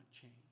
change